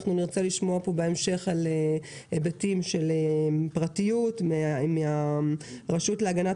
נרצה לשמוע פה בהמשך על היבטים של פרטיות מהרשות להגנת